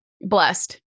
Blessed